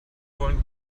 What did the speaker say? wollen